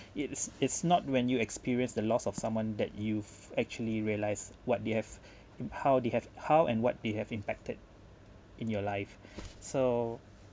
it's it's not when you experience the loss of someone that you've actually realise what they have and how they have how and what they have impacted in your life so